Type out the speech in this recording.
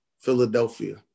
Philadelphia